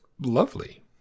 lovely